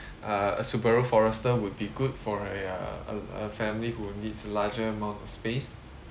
err a Subaru forester would be good for a uh uh a family who needs a larger amount of space